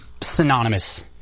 synonymous